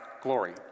glory